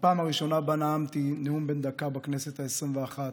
בפעם הראשונה שנאמתי נאום בן דקה בכנסת העשרים-ואחת,